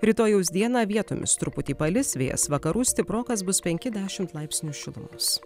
rytojaus dieną vietomis truputį palis vėjas vakarų stiprokas bus penki dešimt laipsnių šilumos